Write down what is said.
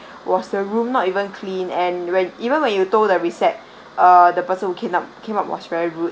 was the room not even clean and when even when you told that the recep~ err the personal who came up was very rude